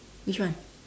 which one